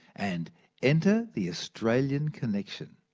and enter the australian connection.